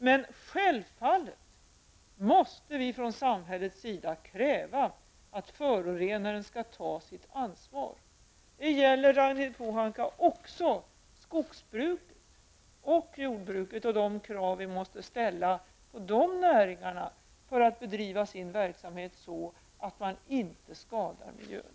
Men självfallet måste vi från samhällets sida kräva att förorenaren tar sitt ansvar. Det gäller, Ragnhild Pohanka, även skogsbruket och jordbruket. Dessa näringar måste bedriva sin verksamhet på ett sådant sätt att de inte skadar miljön.